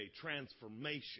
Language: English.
transformation